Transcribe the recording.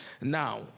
Now